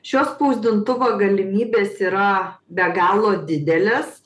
šio spausdintuvo galimybės yra be galo didelės